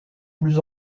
plus